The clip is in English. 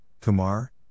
Kumar